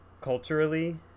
culturally